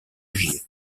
gier